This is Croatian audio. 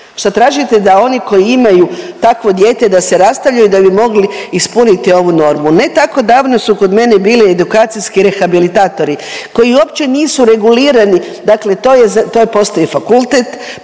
Šta tražite da oni koji imaju takvo dijete da se rastavljaju da bi mogli ispuniti ovu normu? Ne tako davno su kod mene bili edukacijski rehabilitatori koji uopće nisu regulirani, dakle to je, postoji fakultet,